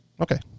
okay